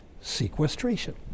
sequestration